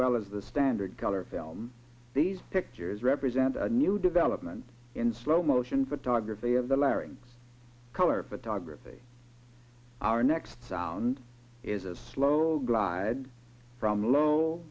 well as the standard color film these pictures represent a new development in slow motion photography of the larry color photography our next sound is a slow glide from a low